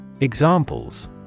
Examples